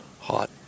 hot